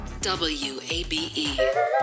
WABE